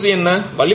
காற்று பற்றி என்ன